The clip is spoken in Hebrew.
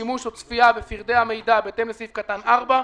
שימוש או צפייה בפרטי המידע בהתאם לסעיף קטן (4),